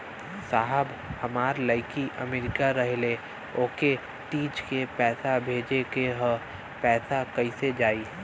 साहब हमार लईकी अमेरिका रहेले ओके तीज क पैसा भेजे के ह पैसा कईसे जाई?